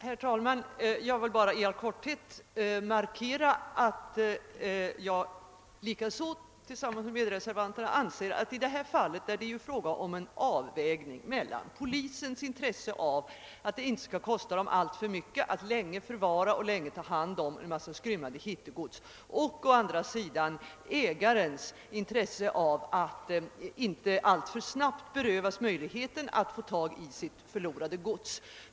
Herr talman! Jag vill bara i all korthet markera att jag liksom övriga reservanter anser att det i detta fall är fråga om en avvägning mellan å ena sidan polisens intresse av att inte behöva vidkännas alltför höga kostnader genom att länge förvara en massa skrymmande hittegods och å andra sidan ägarens intresse av att inte alltför snabbt berövas möjligheten att återfå sitt förlorade gods.